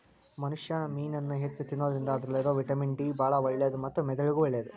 ಮನುಷ್ಯಾ ಮೇನನ್ನ ಹೆಚ್ಚ್ ತಿನ್ನೋದ್ರಿಂದ ಅದ್ರಲ್ಲಿರೋ ವಿಟಮಿನ್ ಡಿ ಬಾಳ ಒಳ್ಳೇದು ಮತ್ತ ಮೆದುಳಿಗೂ ಒಳ್ಳೇದು